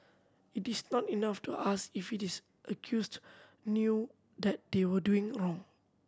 it is not enough to ask if it is accused knew that they were doing wrong